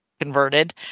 converted